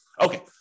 Okay